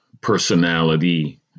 personality